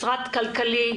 משרד הכלכלה,